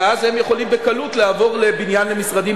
ואז הם יכולים בקלות לעבור לבניין למשרדים.